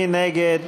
מי נגד?